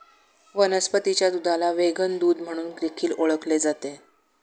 वनस्पतीच्या दुधाला व्हेगन दूध म्हणून देखील ओळखले जाते